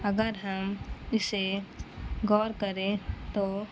اگر ہم اسے غور کریں تو